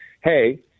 hey